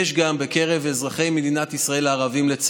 לצערי יש בקרב אזרחי מדינת ישראל הערבים גם